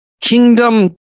kingdom